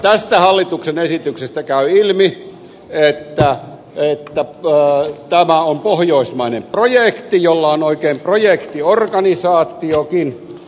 tästä hallituksen esityksestä käy ilmi että tämä on pohjoismainen projekti jolla on oikein projektiorganisaatiokin